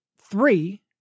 three